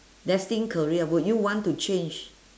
destined career would you want to change